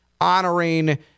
honoring